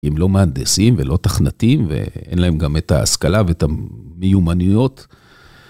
הם לא מהנדסים ולא תכנתים ואין להם גם את ההשכלה ואת המיומנויות.